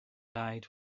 died